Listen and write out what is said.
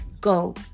go